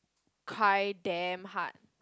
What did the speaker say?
cry damn hard